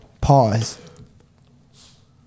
pause